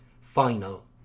Final